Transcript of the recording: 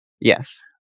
Yes